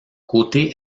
côté